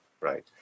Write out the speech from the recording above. right